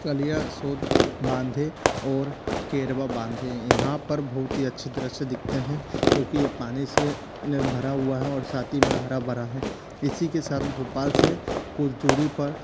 कलिया सोध बाँध है और केरवा बाँध है यहाँ पर बहुत ही अच्छे दृश्य दिखते हें क्योंकि ये पानी से भरा हुआ है और साथ ही में हरा भरा है इसी के साथ भोपाल से कुछ दूरी पर